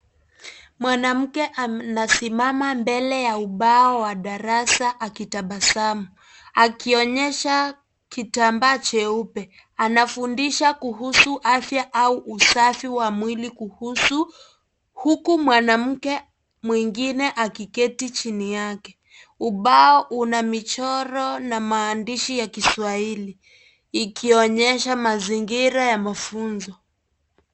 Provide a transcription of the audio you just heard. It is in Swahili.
Mwanamke anasimama mbele ya ubao wa darasa akitabasamu, akionyesha kitambaa cheupe. Anafundisha kuhusu afya au usafi wa mwili kuhusu huku mwanamke mwengine akiketi chini yake. Ubao una michoro na maandishi ya Kiswahili. Ikionyesha mazingira ya mafunzo.